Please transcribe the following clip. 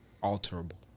alterable